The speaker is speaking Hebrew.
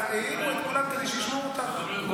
האזעקות באזור המרכז העירו את כולם כדי שישמעו אותך.